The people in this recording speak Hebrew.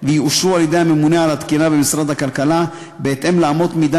ויאושרו על-ידי הממונה על התקינה במשרד הכלכלה בהתאם לאמות מידה